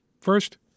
First